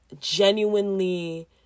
genuinely